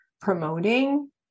promoting